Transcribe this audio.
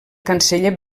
canceller